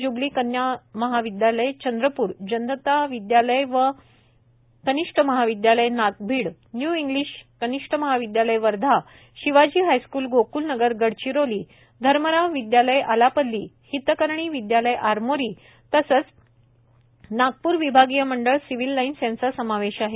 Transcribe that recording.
jubilee कनिष्ठ महाविद्यालय चंद्रप्र जनता विद्यालय आणि कनिष्ठ महाविद्यालय नागभिड न्यू इंग्लीश कनिष्ठ महाविदयालय वर्धा शिवाजी हायस्कूल गोकूलनगर गडचिरोली धर्मराव विद्यालय आलापल्ली हितकारीणी विद्यालय आरमोरी तसेच नागपूर विभागीय मंडळ सिवील लाईन्स यांचा समावेश आहे